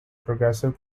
progressive